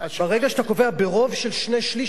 ברגע שאתה קובע ברוב של שני-שליש,